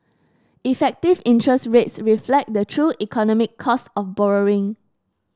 effective interest rates reflect the true economic cost of borrowing